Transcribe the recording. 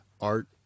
art